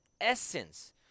essence